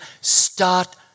Start